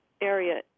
area